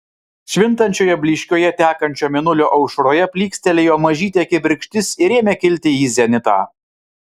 švintančioje blyškioje tekančio mėnulio aušroje plykstelėjo mažytė kibirkštis ir ėmė kilti į zenitą